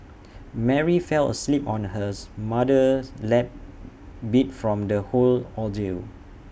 Mary fell asleep on hers mother's lap beat from the whole ordeal